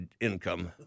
income